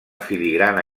filigrana